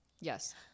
Yes